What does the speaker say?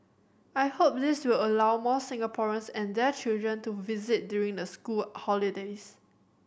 I hope this will allow more Singaporeans and their children to visit during the school holidays